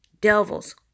devils